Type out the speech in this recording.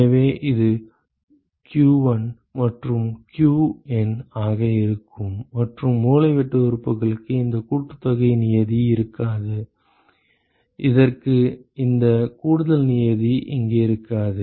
எனவே அது q1 மற்றும் qN ஆக இருக்கும் மற்றும் மூலைவிட்ட உறுப்புகளுக்கு இந்த கூட்டுத்தொகை நியதி இருக்காது இதற்கு இந்த கூடுதல் நியதி இங்கே இருக்காது